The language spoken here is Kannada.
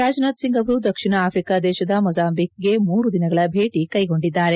ರಾಜನಾಥ್ ಸಿಂಗ್ ಅವರು ದಕ್ಷಿಣ ಆಫ್ರಿಕಾ ದೇಶದ ಮೊಜಾಂಬಿಕ್ ಗೆ ಮೂರು ದಿನಗಳ ಭೇಟಿ ಕೈಗೊಂಡಿದ್ದಾರೆ